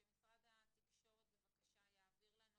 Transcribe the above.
שמשרד התקשורת בבקשה יעביר לנו